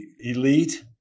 elite